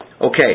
Okay